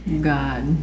god